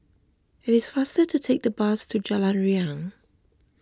it is faster to take the bus to Jalan Riang